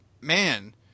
man